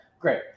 Great